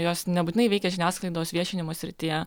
jos nebūtinai veikia žiniasklaidos viešinimo srityje